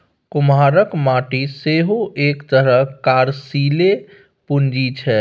कुम्हराक माटि सेहो एक तरहक कार्यशीले पूंजी छै